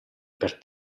per